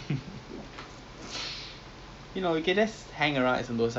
I anytime if some more if it's on a saturday then I think will be best if we go